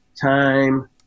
time